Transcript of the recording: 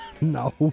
No